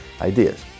ideas